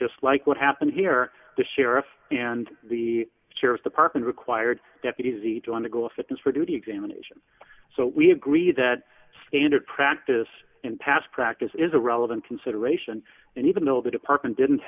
just like what happened here the sheriff and the sheriff's department required deputies to undergo a fitness for duty examinations so we agreed that standard practice in past practice is a relevant consideration and even though the department didn't